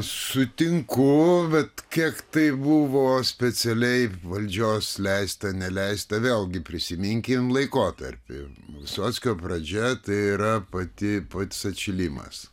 sutinku bet kiek tai buvo specialiai valdžios leista neleista vėlgi prisiminkim laikotarpį visockio pradžia tai yra pati pats atšilimas